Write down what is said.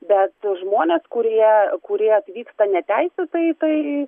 bet žmonės kurie kurie atvyksta neteisėtai tai